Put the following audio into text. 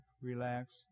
relax